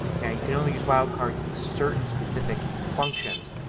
now you can only use wildcards in certain specific functions.